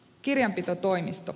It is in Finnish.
kirjanpitotoimisto